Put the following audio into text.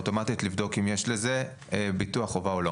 אוטומטית לבדוק אם יש לזה חובה או לא.